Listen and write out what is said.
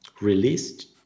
released